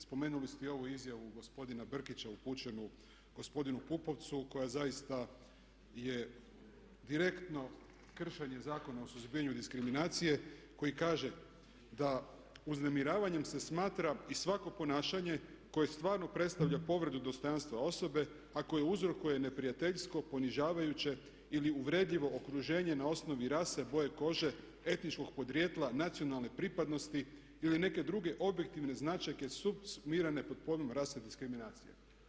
Spomenuli ste i ovu izjavu gospodina Brkića upućenu gospodinu Pupovcu koja zaista je direktno kršenje Zakona o suzbijanju diskriminacije koji kaže da uznemiravanjem se smatra i svako ponašanje koje stvarno predstavlja povredu dostojanstva osobe, a koje uzrokuje neprijateljsko, ponižavajuće ili uvredljivo okruženje na osnovi rase, boje kože, etničkog podrijetla, nacionalne pripadnosti ili neke druge objektivne značajke sumirane pod pojmom rasa i diskriminacija.